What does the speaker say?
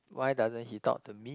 why doesn't he talk to me